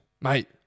mate